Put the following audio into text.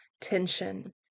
tension